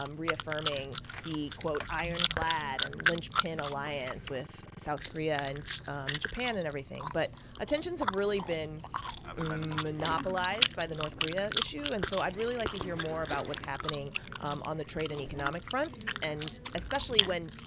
um reaffirming the, quote, ironclad and linchpin alliance with south korea and um japan and everything. but tensions have really been monopolized by the north korea issue and so i'd really like to hear more about what's happening um on the trade and economic fronts and especially when,